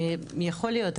יכול להיות,